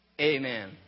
Amen